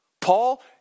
paul